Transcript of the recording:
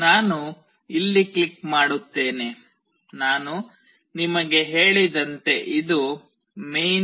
ನಾನು ಇಲ್ಲಿ ಕ್ಲಿಕ್ ಮಾಡುತ್ತೇನೆ ನಾನು ನಿಮಗೆ ಹೇಳಿದಂತೆ ಇದು main